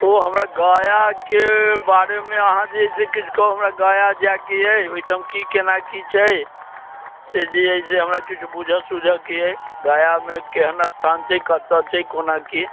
तो हमरा गयाके बारेमे अहाँ जे छै किछु कहुँ हमरा गया जायके अइ ओहिठाम कि केना की छै से जे अइ से हमरा किछु बुझऽ सुझऽ के अइ गयामे केहन स्थान छै कतऽ छै कोना की